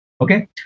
Okay